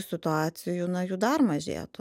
situacijų na jų dar mažėtų